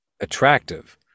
attractive